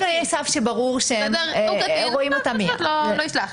הוא קטין, הוא לא ישלח.